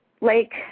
lake